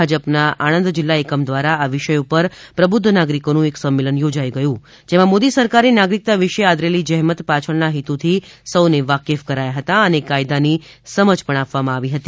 ભાજપના આણંદ જિલ્લા એકમ દ્વારા આ વિષય ઉપર પ્રબુધ્ધ નાગરિકોનું એક સંમેલન યોજાઇ ગયું જેમાં મોદી સરકારે નાગરિકતા વિષે આદરેલી જહેમત પાછળના હેતુ થી સૌની વાકેફ કરાયા હતા તથા કાયદા ની સમજ પણ આપવામાં આવી હતી